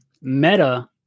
meta